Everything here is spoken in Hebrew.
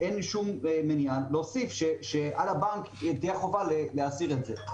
ואין שום מניעה להוסיף שעל הבנק תהיה חובה להסיר את זה.